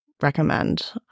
Recommend